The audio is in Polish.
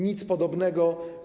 Nic podobnego.